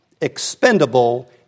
expendable